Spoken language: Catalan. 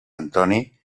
antoni